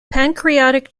pancreatic